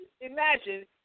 imagine